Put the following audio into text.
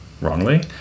wrongly